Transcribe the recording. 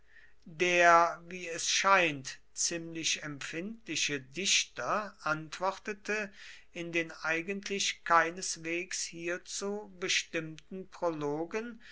der wie es scheint ziemlich empfindliche dichter antwortete in den eigentlich keineswegs hierzu bestimmten prologen